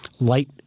light